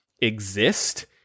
exist